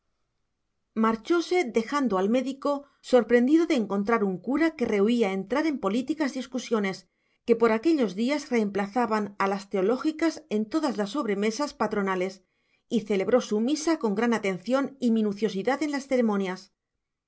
auxilio marchóse dejando al médico sorprendido de encontrar un cura que rehuía entrar en políticas discusiones que por aquellos días reemplazaban a las teológicas en todas las sobremesas patronales y celebró su misa con gran atención y minuciosidad en las ceremonias